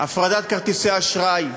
הפרדת כרטיסי אשראי,